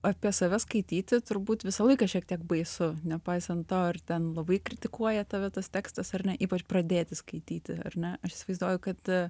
apie save skaityti turbūt visą laiką šiek tiek baisu nepaisant to ar ten labai kritikuoja tave tas tekstas ar ne ypač pradėti skaityti ar ne aš įsivaizduoju kad